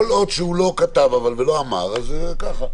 אבל כל עוד שהוא לא כתב ולא אמר אז זה ככה.